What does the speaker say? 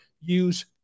Use